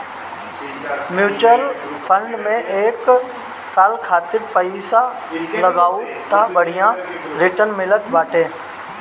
mutual fund में एक साल खातिर पईसा लगावअ तअ बढ़िया रिटर्न मिलत बाटे